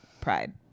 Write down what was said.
Pride